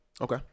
Okay